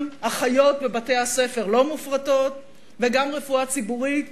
גם אחיות לא מופרטות בבתי-הספר וגם רפואה ציבורית.